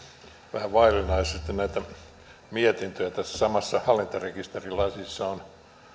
vähän vaillinaisesti näitä mietintöjä tässä samassa hallintarekisterilaissa on